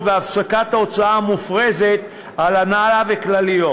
והפסקת ההוצאה המופרזת על הנהלה והוצאות כלליות.